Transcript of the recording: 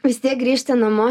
vis tiek grįžti namo